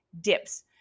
dips